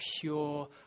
pure